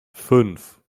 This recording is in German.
fünf